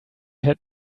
had